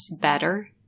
better